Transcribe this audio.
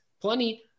plenty